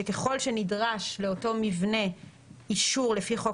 שככל שנדרש לאותו מבנה אישור לפי חוק